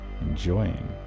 enjoying